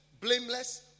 blameless